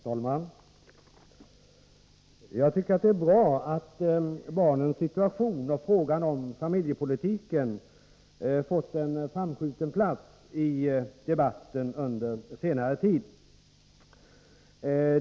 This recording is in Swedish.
Herr talman! Jag tycker att det är bra att barnens situation och frågan om familjepolitiken fått en framskjuten plats i debatten under senare tid.